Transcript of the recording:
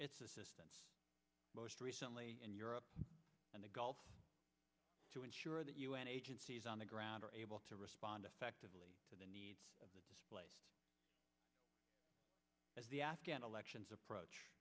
assistance most recently in europe and the gulf to ensure that u n agencies on the ground are able to respond effectively to the needs of the displaced as the afghan elections approach